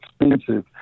expensive